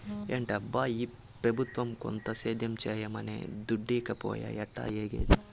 ఏందబ్బా ఈ పెబుత్వం కొండ సేద్యం చేయమనె దుడ్డీకపాయె ఎట్టాఏగేది